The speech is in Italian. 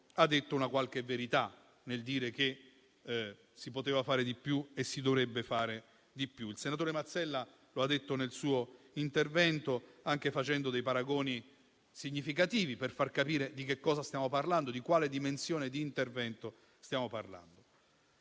ha detto una qualche verità, asserendo che si poteva fare di più e si dovrebbe fare di più. Il senatore Mazzella lo ha detto nel suo intervento, anche facendo dei paragoni significativi per far capire di che cosa stiamo parlando, di quale dimensione di intervento stiamo parlando.